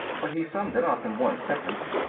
but he summed it up in one sentence.